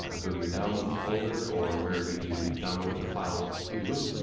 ah go to your downloads folder, or wherever you downloaded the file to,